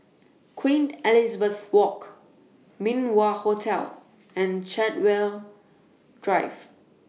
Queen Elizabeth Walk Min Wah Hotel and Chartwell Drive